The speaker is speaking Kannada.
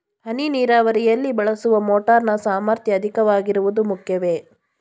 ಹನಿ ನೀರಾವರಿಯಲ್ಲಿ ಬಳಸುವ ಮೋಟಾರ್ ನ ಸಾಮರ್ಥ್ಯ ಅಧಿಕವಾಗಿರುವುದು ಮುಖ್ಯವೇ?